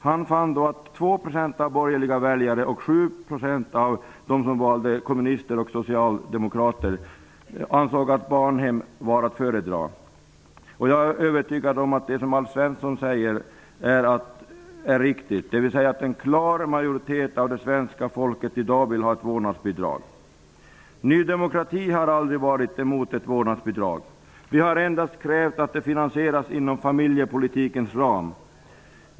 Han fann att 2 % av borgerliga väljare och 7 % av dem som röstade på kommunister och socialdemokrater ansåg att barnhem var att föredra. Jag är övertygad om att det som Alf Svensson säger är riktigt, dvs. att en klar majoritet av det svenska folket i dag vill ha ett vårdnadsbidrag. Ny demokrati har aldrig varit emot ett vårdnadsbidrag. Vi har endast krävt att det finansieras inom familjepolitikens ram.